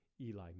Eli